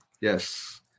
Yes